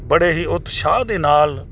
ਬੜੇ ਹੀ ਉਤਸ਼ਾਹ ਦੇ ਨਾਲ